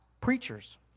preachers